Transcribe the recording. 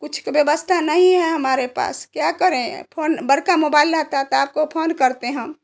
कुछ व्यवस्था नहीं है हमारे पास क्या करें फोन बड़ा मोबाइल रहता तो आपको फोन करते हम